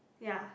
ya